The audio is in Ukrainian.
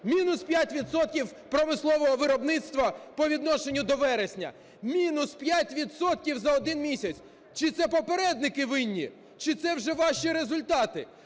відсотків промислового виробництва по відношенню до вересня. Мінус 5 відсотків за один місяць. Чи це попередники винні? Чи це вже ваші результати.